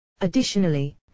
Additionally